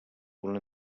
punt